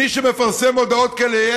מי שמפרסם הודעות כאלה,